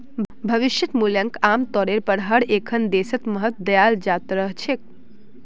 भविष्य मूल्यक आमतौरेर पर हर एकखन देशत महत्व दयाल जा त रह छेक